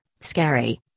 scary